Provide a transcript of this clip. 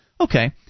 Okay